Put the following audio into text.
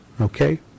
Okay